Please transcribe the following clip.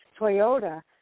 Toyota